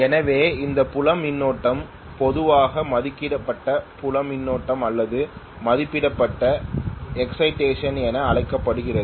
எனவே இந்த புலம் மின்னோட்டம் பொதுவாக மதிப்பிடப்பட்ட புலம் மின்னோட்டம் அல்லது மதிப்பிடப்பட்ட எக்சைடேஷன் என அழைக்கப்படுகிறது